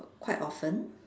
quite often